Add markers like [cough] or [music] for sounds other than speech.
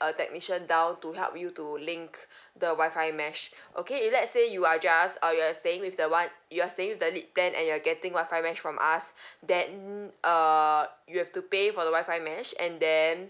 a technician down to help you to link the Wi-Fi mesh okay if let's say you are just uh you are staying with the one you are staying with the lite plan and you're getting Wi-Fi mesh from us [breath] then err you have to pay for the Wi-Fi mesh and then